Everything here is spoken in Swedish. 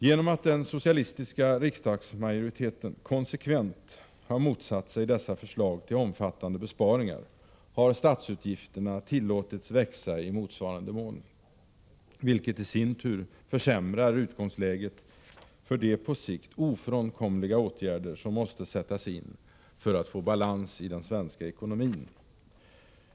Genom att den socialistiska riksdagsmajoriteten konsekvent har motsatt sig dessa förslag till omfattande besparingar har statsutgifterna tillåtits växa i motsvarande mån, vilket i sin tur försämrar utgångsläget för de på sikt ofrånkomliga åtgärder som måste sättas in för att få balans i den svenska ekonomin.